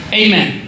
amen